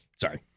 Sorry